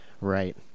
Right